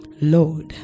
Lord